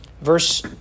Verse